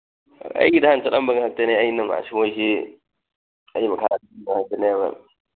ꯑꯩꯒꯤꯗ ꯍꯥꯟꯅ ꯆꯠꯂꯝꯕ ꯉꯥꯛꯇꯅꯦ ꯑꯩꯅ ꯃꯣꯏꯁꯤ ꯑꯩꯒꯤ ꯃꯈꯥꯗ ꯇꯧꯗꯅ